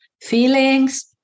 feelings